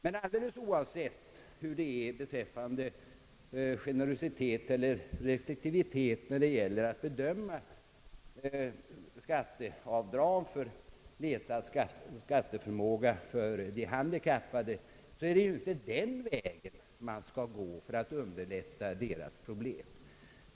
Men alldeles oavsett hur det är beträffande generositet eller restriktivitet vid bedömningen av de handikappades avdrag för nedsatt skatteförmåga vill jag säga att det inte är den vägen man skall gå för att mildra de handikappades svårigheter.